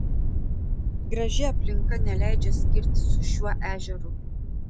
graži aplinka neleidžia skirtis su šiuo ežeru